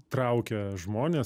traukia žmones